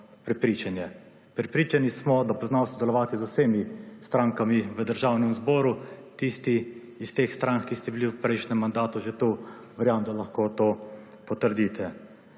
prepričanje. Prepričani smo, da bo znal sodelovati z vsemi strankami v Državnem zboru. Tisti iz teh strank, ki ste bili v prejšnjem mandatu že tu, verjamem, da lahko to potrdite.